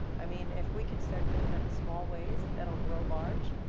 i mean, if we can start doing that in small ways that will grow large,